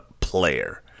player